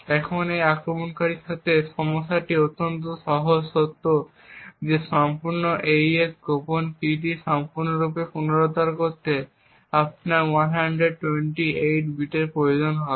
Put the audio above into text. এখন এই আক্রমণকারীর সাথে সমস্যাটি অত্যন্ত সহজ সত্য যে সম্পূর্ণ AES গোপন কীটি সম্পূর্ণরূপে পুনরুদ্ধার করতে আপনার 128 বিটের প্রয়োজন হবে